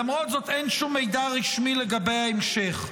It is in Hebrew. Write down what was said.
למרות זאת, אין שום מידע רשמי לגבי ההמשך.